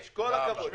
יש, כל הכבוד.